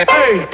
Hey